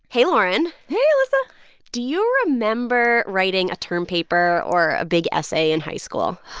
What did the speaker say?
hey, lauren hey, elissa do you remember writing a term paper or a big essay in high school?